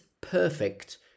perfect